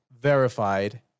verified